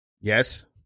Yes